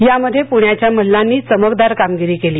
यामध्ये पुण्याच्या मल्लांनी चमकदार कामगिरी केली